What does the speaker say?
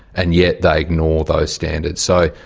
and yet they ignore those standards. so,